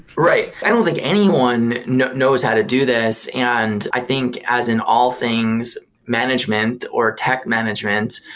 right. i don't think anyone knows how to do this, and i think as in all things management, or tech management,